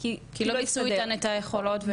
כי לא מיצו איתן את היכולות ואת האפשרויות.